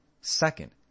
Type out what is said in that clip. Second